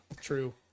true